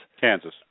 Kansas